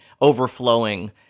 overflowing